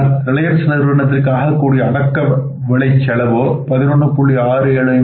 ஆனால் ரிலையன்ஸ் நிறுவனத்திற்கு ஆகக்கூடிய அடக்கவிலை செலவோ 11